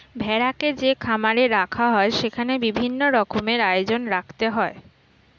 ভেড়াকে যে খামারে রাখা হয় সেখানে বিভিন্ন রকমের আয়োজন রাখতে হয়